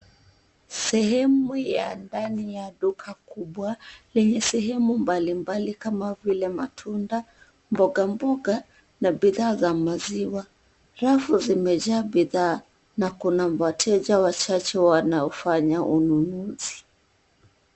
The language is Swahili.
Sehemu ya ndani ya duka kubwa lenye sehemu mbalimbali kama vile matunda, mbogamboga na bidhaa za maziwa. Rafu zimejaa bidhaa na kuna wateja wachache wanafanya ununuzi.